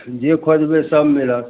जे खोजबै सब मिलत